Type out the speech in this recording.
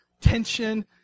tension